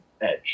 edge